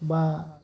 बा